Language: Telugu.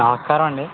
నమస్కారమండి